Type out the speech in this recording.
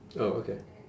oh okay